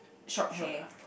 short hair